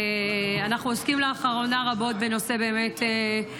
אנחנו עוסקים לאחרונה באמת רבות בנושא נשות